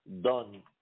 done